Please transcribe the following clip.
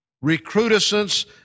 recrudescence